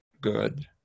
good